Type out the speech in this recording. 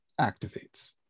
activates